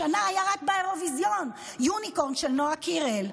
השנה היה רק באירוויזיון יוניקורן, של נועה קירל,